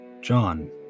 John